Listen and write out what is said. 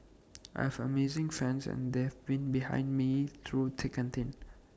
I have amazing fans and they've been behind me through thick and thin